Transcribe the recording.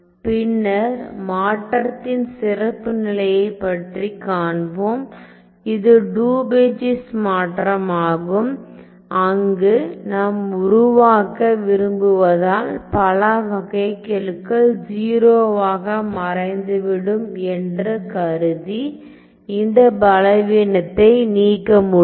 பின்னர் மாற்றத்தின் சிறப்பு நிலையைப் பற்றிக் காண்போம் இது டுபெச்சீஸ் மாற்றம் ஆகும் அங்கு நாம் உருவாக்க விரும்புவதால் பல வகைக்கெழுக்கள் 0 ஆக மறைந்துவிடும் என்று கருதி இந்த பலவீனத்தை நீக்க முடியும்